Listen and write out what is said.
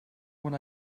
when